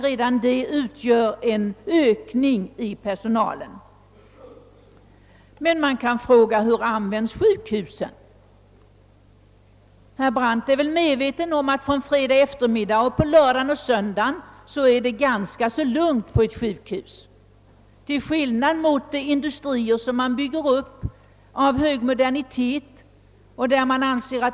Redan detta medför en ökning av personalen. Men man kan ställa frågan: Hur användes sjukhusen? Herr Brandt är väl medveten om att det från fredag efter middag och över lördag och söndag är ganska lugnt på ett sjukhus. Det föreligger en stor skillnad mellan ett sjukhus och de industrier av hög modernitet som man bygger upp.